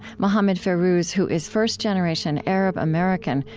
mohammed fairouz, who is first-generation arab-american,